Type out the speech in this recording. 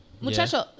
Muchacho